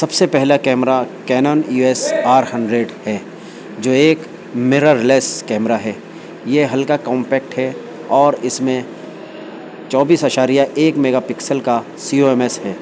سب سے پہلا camera Canon U S R hundred ہے جو ایک مرر لیس کیمرہ ہے یہ ہلکا کمپیکٹ ہے اور اس میں چوبیس اعشاریہ ایک میگا پکسل کا سی او ایم ایس ہے